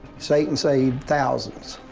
satan saved thousands.